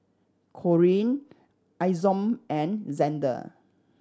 Corrine Isom and Xander